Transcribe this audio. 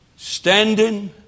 Standing